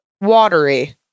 watery